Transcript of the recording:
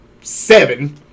seven